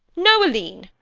noeline!